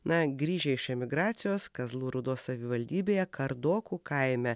na grįžę iš emigracijos kazlų rūdos savivaldybėje kardokų kaime